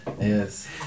yes